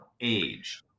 age